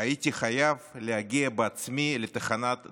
"הייתי חייב להגיע בעצמי לתחנת דלק,